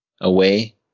away